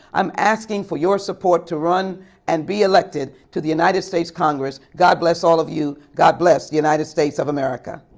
i'm asking for your support to run and be elected to the united states congress. god bless all of you, god bless the united states of america.